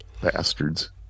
Bastards